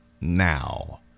now